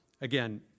Again